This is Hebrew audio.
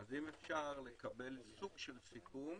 אז אם אפשר לקבל סוג של סיכום,